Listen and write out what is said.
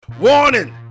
Warning